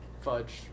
fudge